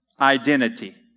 identity